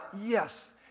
yes